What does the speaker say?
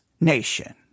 nation